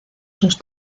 sus